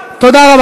עאידה,